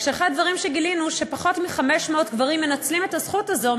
רק שאחד הדברים שגילינו הוא שפחות מ-500 גברים מנצלים את הזכות הזו,